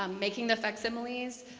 um making the facsimiles,